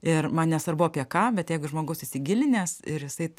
ir man nesvarbu apie ką bet jeigu žmogus įsigilinęs ir jisai